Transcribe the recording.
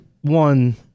one